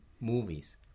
movies